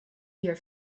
your